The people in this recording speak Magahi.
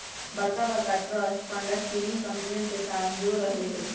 बड़का बड़का ट्रस्ट फंडस चीनी कंपनियन के साथ छोड़ रहले है